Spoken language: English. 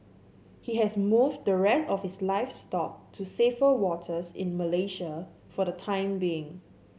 he has moved the rest of his livestock to safer waters in Malaysia for the time being